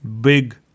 big